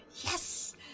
Yes